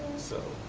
so